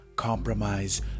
Compromise